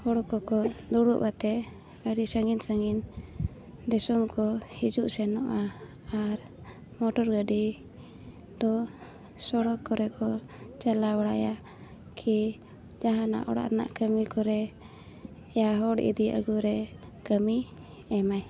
ᱦᱚᱲ ᱠᱚᱠᱚ ᱫᱩᱲᱩᱵ ᱠᱟᱛᱮᱫ ᱟᱹᱰᱤ ᱥᱟᱺᱜᱤᱧ ᱥᱟᱺᱜᱤᱧ ᱫᱤᱥᱚᱢ ᱠᱚ ᱦᱤᱡᱩᱜ ᱥᱮᱱᱚᱜᱼᱟ ᱟᱨ ᱢᱚᱴᱚᱨ ᱜᱟᱹᱰᱤ ᱫᱚ ᱥᱚᱲᱚᱠ ᱠᱚᱨᱮ ᱠᱚ ᱪᱟᱞᱟᱣ ᱵᱟᱲᱟᱭᱟ ᱠᱤ ᱡᱟᱦᱟᱱᱟᱜ ᱚᱲᱟᱜ ᱨᱮᱱᱟᱜ ᱠᱟᱹᱢᱤ ᱠᱚᱨᱮ ᱤᱭᱟ ᱦᱚᱲ ᱤᱫᱤ ᱟᱹᱜᱩ ᱨᱮ ᱠᱟᱹᱢᱤ ᱮᱢᱟᱭ